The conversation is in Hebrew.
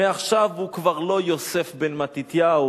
מעכשיו הוא כבר לא יוסף בן מתתיהו,